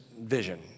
vision